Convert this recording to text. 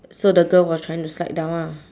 so the girl was trying to slide down ah